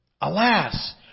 Alas